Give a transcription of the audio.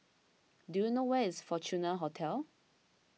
do you know where is Fortuna Hotel